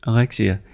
Alexia